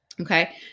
Okay